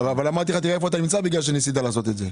אבל אמרתי לך תראה איפה אתה נמצא בגלל שניסית לעשות את זה.